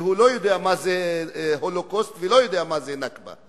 והוא לא יודע מה זהHolocaust ולא יודע מה זה "נכבה".